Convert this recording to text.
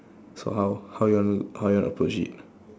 so how how you want to how you want to approach it